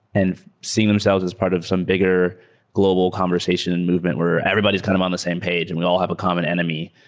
and seeing themselves as part of some bigger global conversation and movement where everybody's kind of on the same page and we all have a common enemy.